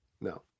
no